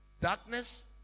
Darkness